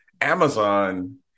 Amazon